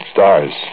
Stars